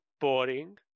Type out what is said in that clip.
boring